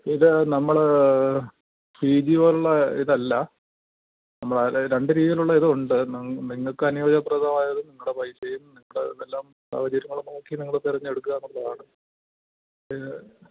ഇത് നമ്മൾ ഫി ജി പോലുള്ള ഇതല്ല നമ്മൾ രണ്ട് രീതിയിലുള്ള ഇതു ഉണ്ട് നിങ്ങൾക്ക് അനുയോജ്യപ്രദമായത് നിങ്ങളുടെ പൈസയും നിങ്ങൾ ഇതെല്ലാം സാഹചര്യങ്ങൾ നോക്കി നിങ്ങൾ തെരഞ്ഞെടുക്കാവുന്നതാണ് പിന്നെ